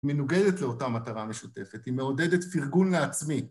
מנוגדת לאותה מטרה משותפת, היא מעודדת פרגון לעצמי.